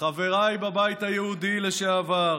חבריי בבית היהודי לשעבר,